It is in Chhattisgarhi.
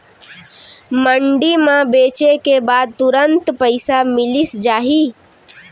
मंडी म बेचे के बाद तुरंत पइसा मिलिस जाही?